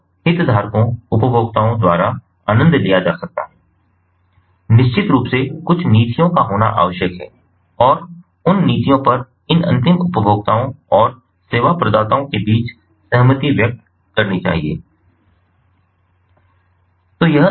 और हितधारकों उपभोक्ताओं द्वारा आनंद लिया जा सकता है निश्चित रूप से कुछ नीतियों का होना आवश्यक है और उन नीतियों पर इन अंतिम उपभोक्ताओं और सेवा प्रदाताओं के बीच सहमति व्यक्त करनी होगी